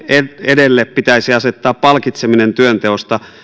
edelle pitäisi asettaa palkitseminen työnteosta